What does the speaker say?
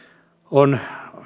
on